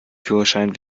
führerschein